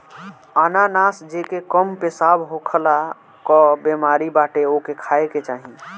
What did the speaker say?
अनानास जेके कम पेशाब होखला कअ बेमारी बाटे ओके खाए के चाही